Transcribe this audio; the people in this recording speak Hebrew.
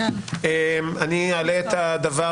אני אעלה את הדבר